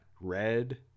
red